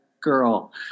girl